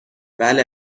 بله